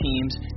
teams